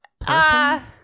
person